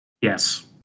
Yes